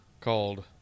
called